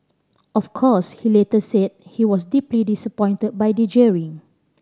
of course he later said he was deeply disappointed by the jeering